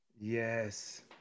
Yes